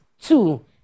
two